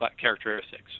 characteristics